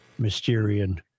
mysterian